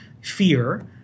fear